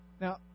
Now